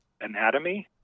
anatomy